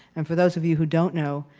and for those of you who don't know,